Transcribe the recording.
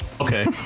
Okay